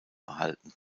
erhalten